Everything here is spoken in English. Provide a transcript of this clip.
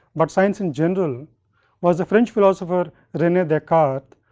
but science in general was the french philosopher rene descartes,